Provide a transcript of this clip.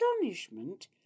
astonishment